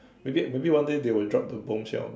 maybe maybe one day they will drop the bombshell on me